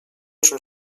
czym